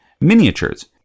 miniatures